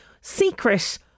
secret